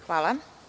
Hvala.